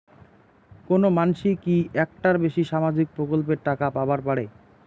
কোনো মানসি কি একটার বেশি সামাজিক প্রকল্পের টাকা পাবার পারে?